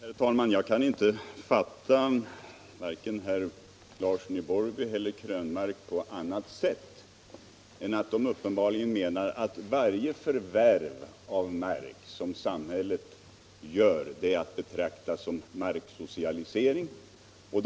Herr talman! Jag kan inte fatta vare sig herr Larsson i Borrby eller herr Krönmark på annat sätt än att de uppenbarligen menar att varje förvärv av mark som samhället gör är att betrakta som en marksocialisering som de vill motsätta sig.